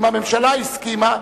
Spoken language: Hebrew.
אם הממשלה הסכימה,